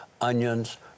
onions